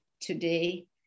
today